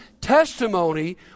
testimony